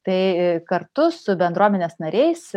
tai kartu su bendruomenės nariais